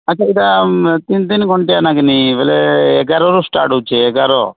ଆଚ୍ଛା ଏଇଟା ତିନ ଦିନ ଘଣ୍ଟିଆ ନାଗିନି ବେଲେ ଏଗାର ରୁ ଷ୍ଟାର୍ଟ ହଉଛେ ଏଗାର